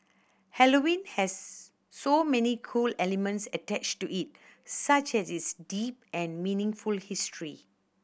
Halloween has so many cool elements attached to it such as its deep and meaningful history